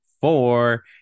four